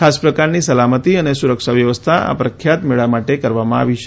ખાસ પ્રકારની સલામતી અને સુરક્ષા વ્યવસ્થા આ પ્રખ્યાત મેળા માટે કરવામાં આવી છે